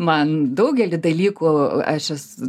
man daugelį dalykų aš juos